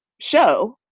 show